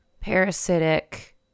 parasitic